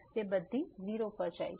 તેથી આ બધી 0 પર જાય છે